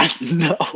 No